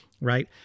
right